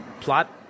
plot